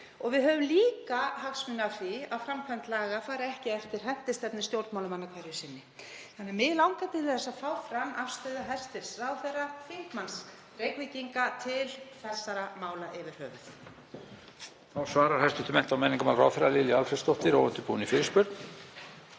Og við höfum líka hagsmuni af því að framkvæmd laga fari ekki eftir hentistefnu stjórnmálamanna hverju sinni. Mig langar til að fá fram afstöðu hæstv. ráðherra og þingmanns Reykvíkinga til þessara mála yfir höfuð.